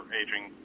aging